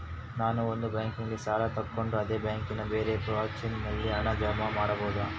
ನಾನು ಒಂದು ಬ್ಯಾಂಕಿನಲ್ಲಿ ಸಾಲ ತಗೊಂಡು ಅದೇ ಬ್ಯಾಂಕಿನ ಬೇರೆ ಬ್ರಾಂಚಿನಲ್ಲಿ ಹಣ ಜಮಾ ಮಾಡಬೋದ?